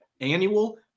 annual